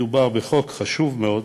מדובר בחוק חשוב מאוד,